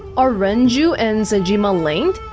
ah renju and sejima linked?